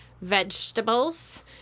Vegetables